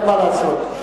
מה לעשות.